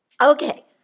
Okay